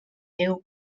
déu